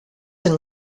and